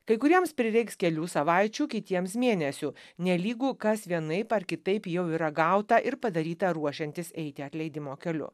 kai kuriems prireiks kelių savaičių kitiems mėnesių nelygu kas vienaip ar kitaip jau yra gauta ir padaryta ruošiantis eiti atleidimo keliu